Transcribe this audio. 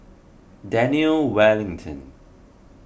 Daniel Wellington